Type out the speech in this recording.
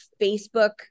Facebook